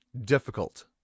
difficult